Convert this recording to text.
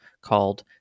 called